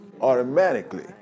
automatically